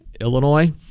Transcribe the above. Illinois